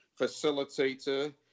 facilitator